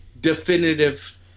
definitive